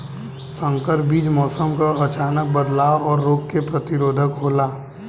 संकर बीज मौसम क अचानक बदलाव और रोग के प्रतिरोधक होला